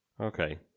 Okay